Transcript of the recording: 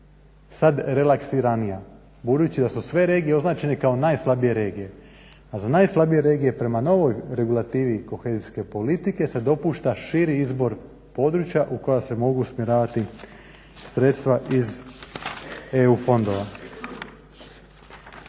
sad relaksiranija, budući da su sve regije označene kao najslabije regije. A za najslabije regije prema novoj regulativi kohezijske politike se dopušta širi izbor područja u koja se mogu usmjeravati sredstva iz EU fondova.